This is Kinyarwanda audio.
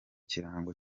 kirango